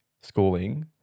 schooling